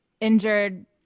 injured